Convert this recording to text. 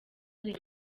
reka